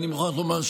אני מוכרח לומר,